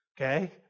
Okay